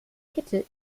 kette